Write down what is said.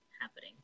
happening